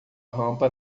rampa